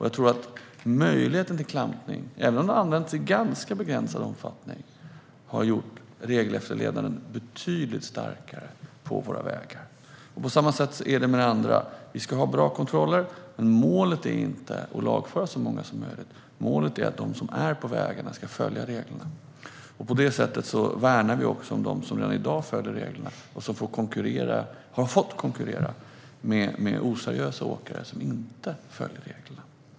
Jag tror att möjligheten till klampning, även om den har använts i en ganska begränsad omfattning, har gjort regelefterlevnaden på våra vägar betydligt starkare. Vi ska ha bra kontroller, men målet är inte att lagföra så många som möjligt. Målet är att de som är på vägarna ska följa reglerna. På det sättet värnar vi också om dem som redan i dag följer reglerna och som har fått konkurrera med oseriösa åkare som inte följer reglerna.